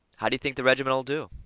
how do you think the reg'ment ll do?